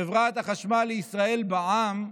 חברת החשמל לישראל בע"מ,